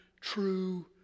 true